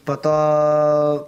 po to